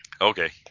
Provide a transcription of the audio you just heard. Okay